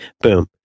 boom